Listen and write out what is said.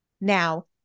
Now